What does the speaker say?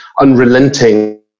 unrelenting